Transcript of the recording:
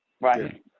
right